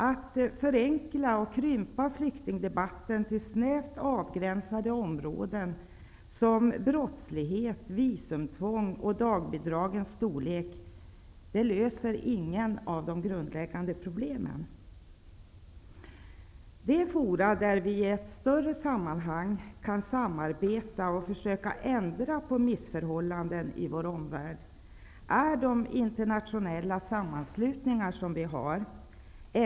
Att förenkla och krympa flyktingdebatten till snävt avgränsade områden som brottslighet, visumtvång och dagbidragens storlek löser inte något av de grundläggande problemen. De fora där vi i ett större sammanhang kan samarbeta och försöka ändra på missförhållanden i vår omvärld är de internatnionella sammanslutningar som vi har.